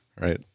Right